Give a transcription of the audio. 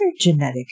genetic